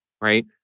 right